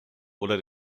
oder